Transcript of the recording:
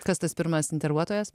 kas tas pirmas intervuotojas